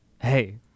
Hey